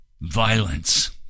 violence